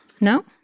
No